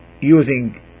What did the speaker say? using